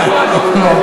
שמענו.